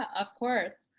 of course.